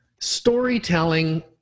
storytelling